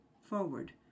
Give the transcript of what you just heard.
forward